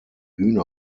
bühne